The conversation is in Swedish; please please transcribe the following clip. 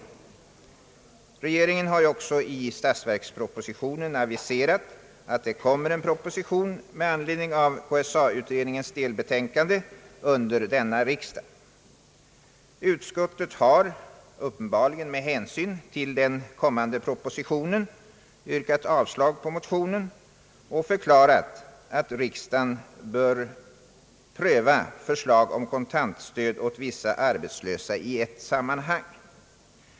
Regeringen har även i statsverkspropositionen aviserat, att en proposition skall framläggas under denna riksdag med anledning av KSA-utredningens delbetänkande. Utskottet har — uppenbarligen med hänsyn till den kommande propositionen — yrkat avslag på motionen och förklarat, att riksdagen bör pröva förslag om kontantstöd åt vissa arbetslösa i ett sammanhang.